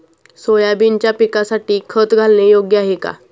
सोयाबीनच्या पिकासाठी खत घालणे योग्य आहे का?